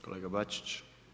Kolega Bačić.